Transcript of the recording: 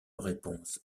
réponse